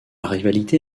rivalité